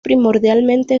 primordialmente